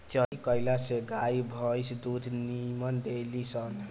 चरी कईला से गाई भंईस दूध निमन देली सन